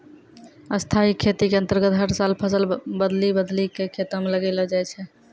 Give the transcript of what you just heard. स्थाई खेती के अन्तर्गत हर साल फसल बदली बदली कॅ खेतों म लगैलो जाय छै